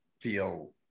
feel